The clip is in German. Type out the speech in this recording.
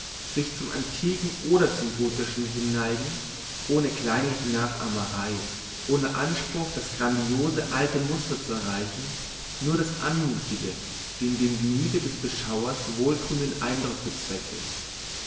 sich zum antiken oder zum gotischen hinneigend ohne kleinliche nachahmerei ohne anspruch das grandiose alte muster zu erreichen nur das anmutige den dem gemüte des beschauers wohltuenden eindruck bezwecke